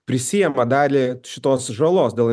prisiima dalį šitos žalos dėl